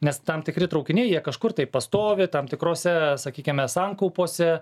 nes tam tikri traukiniai jie kažkur tai pastovi tam tikrose sakykime sankaupose